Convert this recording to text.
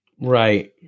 right